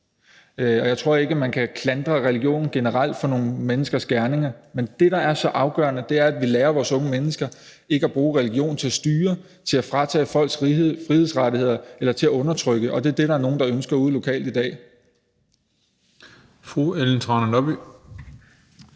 og jeg tror ikke, at man kan klandre religion generelt for nogle menneskers gerninger. Men det, der er så afgørende, er, at vi lærer vores unge mennesker ikke at bruge religion til at styre, til at fratage folks frihedsrettigheder eller til at undertrykke. Og det er det, der er nogle der ønsker derude lokalt i dag. Kl. 14:27 Den fg.